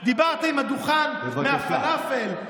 דיברת עם הדוכן לפלאפל.